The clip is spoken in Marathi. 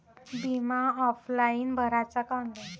बिमा ऑफलाईन भराचा का ऑनलाईन?